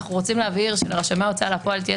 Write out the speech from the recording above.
אנחנו רוצים להבהיר שלרשמי ההוצאה לפועל תהיה